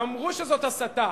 אמרו שזאת הסתה.